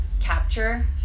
capture